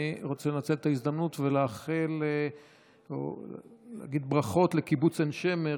אני רוצה לנצל את ההזדמנות ולהגיד ברכות לקיבוץ עין שמר,